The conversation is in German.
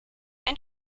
ein